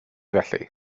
felly